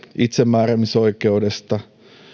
itsemääräämisoikeudesta